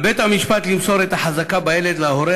על בית-המשפט למסור את החזקה בילד להורה